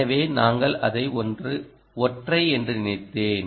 எனவே நாங்கள் அதை ஒற்றை என்று நினைத்தேன்